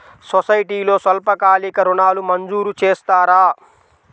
సొసైటీలో స్వల్పకాలిక ఋణాలు మంజూరు చేస్తారా?